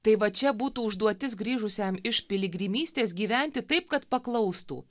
tai va čia būtų užduotis grįžusiam iš piligrimystės gyventi taip kad paklaustų